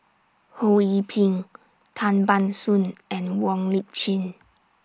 Ho Yee Ping Tan Ban Soon and Wong Lip Chin